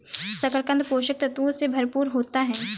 शकरकन्द पोषक तत्वों से भरपूर होता है